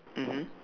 mmhmm